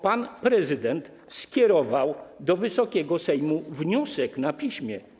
Pan prezydent skierował do Wysokiego Sejmu wniosek na piśmie.